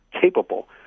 capable